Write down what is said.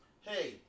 hey